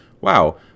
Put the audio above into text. wow